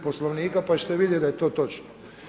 Poslovnika pa ćete vidjeti da je to točno.